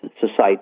society